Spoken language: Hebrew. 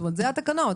אלה התקנות.